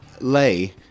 lay